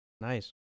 Nice